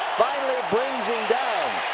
brings him down.